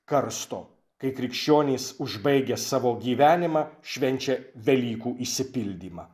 karsto kai krikščionys užbaigia savo gyvenimą švenčia velykų išsipildymą